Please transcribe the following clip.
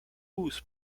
whose